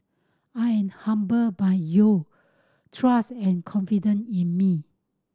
I am humbled by you trust and confident in me